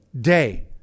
day